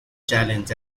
challenged